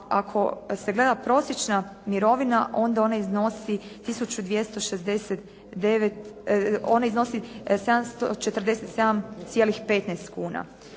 ako se gleda prosječna mirovina, onda ona iznosi 747,15 kuna.